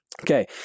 Okay